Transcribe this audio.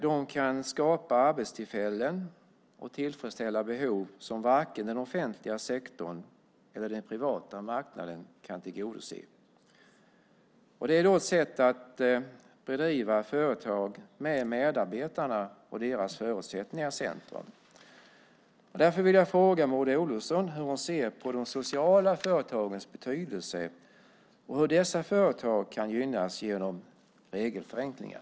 De kan skapa arbetstillfällen och tillfredsställa behov som varken den offentliga sektorn eller den privata marknaden kan tillgodose. Det är ett sätt att bedriva företag med medarbetarna och deras förutsättningar. Därför vill jag fråga Maud Olofsson hur hon ser på de sociala företagens betydelse och hur dessa företag gynnas genom regelförenklingar.